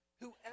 Whoever